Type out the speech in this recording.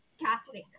Catholic